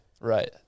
right